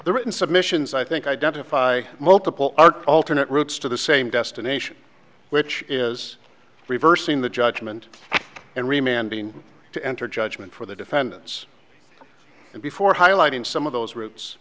the written submissions i think identify multiple are alternate routes to the same destination which is reversing the judgment and remain being to enter judgment for the defendants and before highlighting some of those ro